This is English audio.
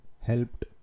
helped